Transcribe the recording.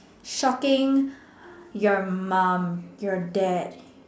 shocking your mum and your dad